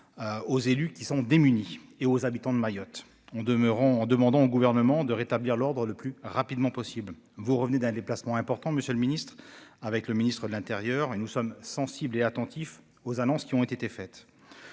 aux élus, qui sont démunis, ainsi qu'aux habitants de Mayotte, pour demander au Gouvernement de rétablir l'ordre le plus rapidement possible. Vous revenez d'un déplacement important avec le ministre de l'intérieur et des outre-mer et nous sommes sensibles et attentifs aux annonces qui ont été faites.